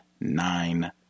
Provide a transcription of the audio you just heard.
nine